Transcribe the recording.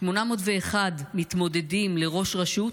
801 מתמודדים לראש רשות,